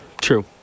True